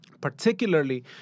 particularly